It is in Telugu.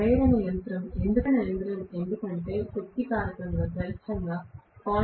ప్రేరణ యంత్రం ఎందుకంటే శక్తి కారకం గరిష్టంగా 0